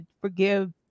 forgive